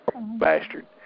Bastard